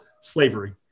slavery